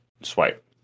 swipe